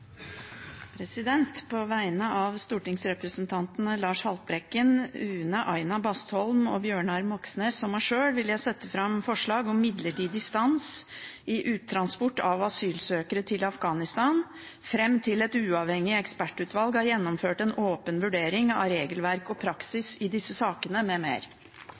representantforslag. På vegne av stortingsrepresentantene Lars Haltbrekken, Une Bastholm, Bjørnar Moxnes og meg sjøl vil jeg sette fram forslag om midlertidig stans i uttransport av asylsøkere til Afghanistan fram til et uavhengig ekspertutvalg har gjennomført en åpen vurdering av regelverk og praksis i disse sakene